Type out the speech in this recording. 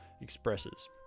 expresses